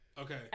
Okay